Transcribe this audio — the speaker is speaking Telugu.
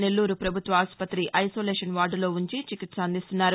నెల్లూరు పభుత్వ ఆసుపతి ఐసోలేషన్ వార్డులో ఉంచి చికిత్స అందిస్తున్నారు